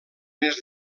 més